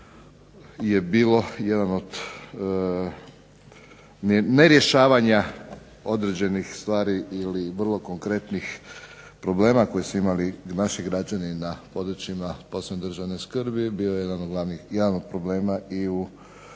je bilo jedan od nerješavanja određenih stvari ili vrlo konkretnih problema koje su imali naši građani na područjima od posebne državne skrbi. Bio je jedan od glavnih,